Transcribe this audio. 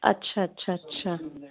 अच्छा अच्छा अच्छा